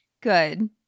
Good